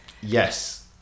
Yes